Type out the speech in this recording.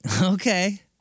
Okay